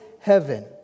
heaven